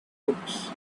books